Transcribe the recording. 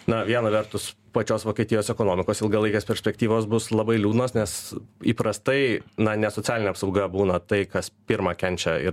na viena vertus pačios vokietijos ekonomikos ilgalaikės perspektyvos bus labai liūdnos nes įprastai na ne socialinė apsauga būna tai kas pirma kenčia ir